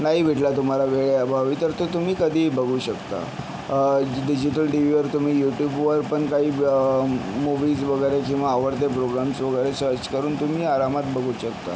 नाही भेटला तुम्हाला वेळेअभावी तर तो तुम्ही कधीही बघू शकता डिजिटल टीवीवर तुम्ही यूट्यूबवरपण काही मूव्हीज वगैरे किंवा आवडते प्रोग्राम्स वगैरे सर्च करून तुम्ही आरामात बघू शकता